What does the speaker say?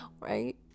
right